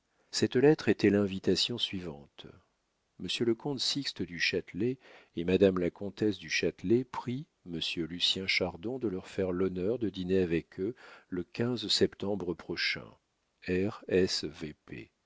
cette lettre était l'invitation suivante monsieur le comte sixte du châtelet et madame la comtesse du châtelet prient m lucien chardon de leur faire l'honneur de dîner avec eux le quinze septembre prochain